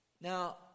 Now